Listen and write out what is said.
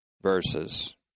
verses